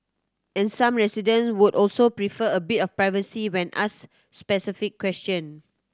and some residents would also prefer a bit of privacy when asked specific questions